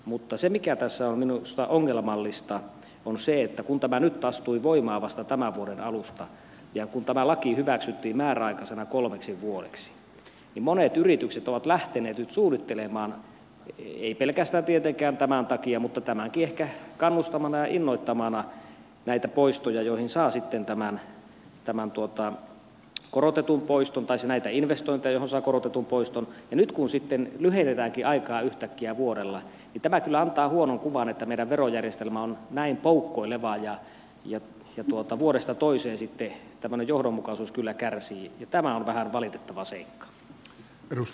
mutta se mikä tässä on minusta ongelmallista on se että kun tämä nyt astui voimaan vasta tämän vuoden alusta ja kun tämä laki hyväksyttiin määräaikaisena kolmeksi vuodeksi niin monet yritykset ovat lähteneet nyt suunnittelemaan ei pelkästään tietenkään tämän takia mutta tämänkin ehkä kannustamana ja innoittamana näitä investointeja joihin saa sitten tämän korotetun poisto taisi näitä investointeja osakorotetun poiston ja nyt kun sitten lyhennetäänkin aikaa yhtäkkiä vuodella niin tämä kyllä antaa huonon kuvan että meidän verojärjestelmä on näin poukkoilevaa ja vuodesta toiseen sitten tämmöinen johdonmukaisuus kyllä kärsii ja tämä on vähän valitettava seikka